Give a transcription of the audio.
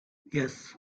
yes